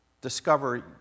Discover